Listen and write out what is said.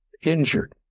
injured